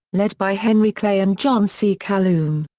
led by henry clay and john c. calhoun.